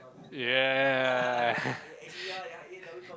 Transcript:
ya